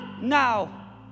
now